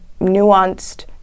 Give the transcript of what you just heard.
nuanced